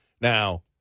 Now